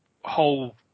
whole